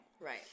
Right